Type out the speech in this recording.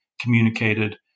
communicated